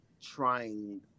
trying